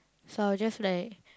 so I will just like